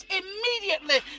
immediately